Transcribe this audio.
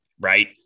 Right